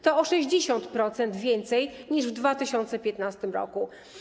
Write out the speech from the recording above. To o 60% więcej niż w 2015 r.